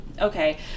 okay